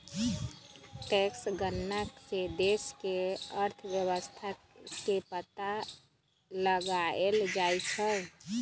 tax गणना से देश के अर्थव्यवस्था के पता लगाएल जाई छई